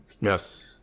Yes